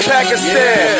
Pakistan